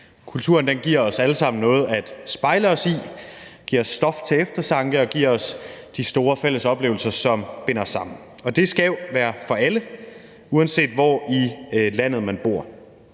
Kulturen giver os alle sammen noget at spejle os i, giver stof til eftertanke og giver os de store fælles oplevelser, som binder os sammen. Det skal jo være for alle, uanset hvor i landet man bor.